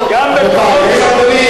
היושב-ראש,